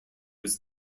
was